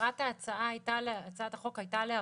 מטרת הצעת החוק הייתה להרחיב,